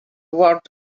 word